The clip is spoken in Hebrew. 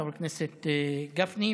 חבר הכנסת גפני,